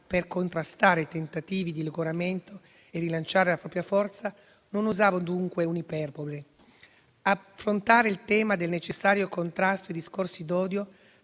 per contrastare i tentativi di logoramento e rilanciare la propria forza, non usavo dunque un'iperbole. Affrontare il tema del necessario contrasto ai discorsi d'odio,